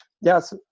Yes